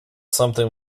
something